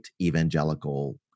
evangelical